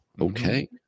okay